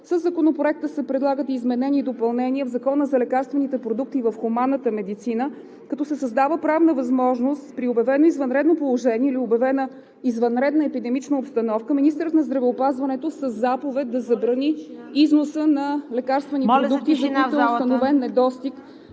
Със Законопроекта се предлагат и изменения и допълнения в Закона за лекарствените продукти в хуманната медицина, като се създава правна възможност при обявено извънредно положение или обявена извънредна епидемична обстановка министърът на здравеопазването със заповед да забрани износа на лекарствени продукти, за които е установен недостиг…